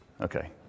Okay